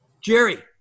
Jerry